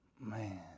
man